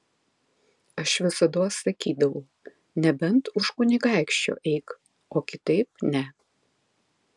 aš visados sakydavau nebent už kunigaikščio eik o kitaip ne